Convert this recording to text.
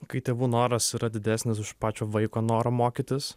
kai tėvų noras yra didesnis už pačio vaiko norą mokytis